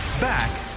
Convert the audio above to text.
Back